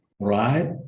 right